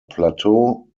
plateau